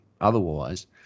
otherwise